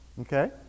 Okay